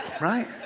right